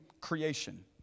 creation